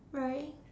right